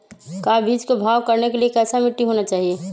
का बीज को भाव करने के लिए कैसा मिट्टी होना चाहिए?